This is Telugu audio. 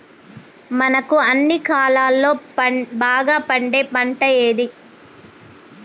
మనకు అన్ని కాలాల్లో బాగా పండే పంట ఏది?